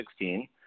2016